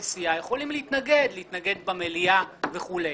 כסיעה, יכולים להתנגד להתנגד במליאה וכו'.